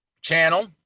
channel